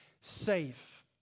safe